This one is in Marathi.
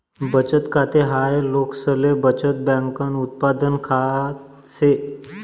बचत खाते हाय लोकसले बचत बँकन उत्पादन खात से